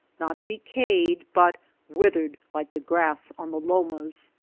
not decayed, but withered like the grass on the lomas.